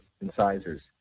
incisors